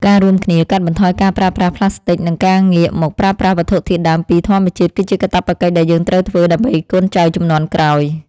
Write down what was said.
ការរួមគ្នាកាត់បន្ថយការប្រើប្រាស់ប្លាស្ទិក និង ការងាកមកប្រើប្រាស់វត្ថុធាតុដើមពីធម្មជាតិ គឺជាកាតព្វកិច្ចដែលយើងត្រូវធ្វើដើម្បីកូនចៅជំនាន់ក្រោយ។